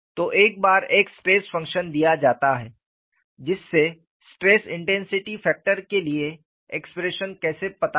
तो एक बार एक स्ट्रेस फंक्शन दिया जाता है जिससे स्ट्रेस इंटेंसिटी फैक्टर के लिए एक्सप्रेशन कैसे पता करें